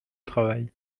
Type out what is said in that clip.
travail